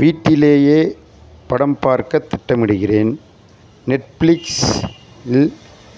வீட்டிலேயே படம் பார்க்கத் திட்டமிடுகிறேன் நெட்ஃப்ளிக்ஸ் இல்